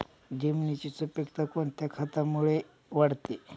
जमिनीची सुपिकता कोणत्या खतामुळे वाढते?